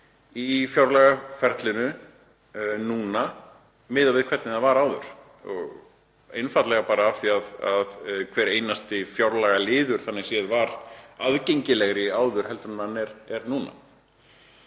í fjárlagaferlinu núna miðað við hvernig það var áður, einfaldlega af því að hver einasti fjárlagaliður þannig séð var aðgengilegri en hann er núna,